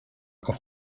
auf